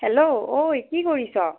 hello ঐ কি কৰিছ'